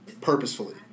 purposefully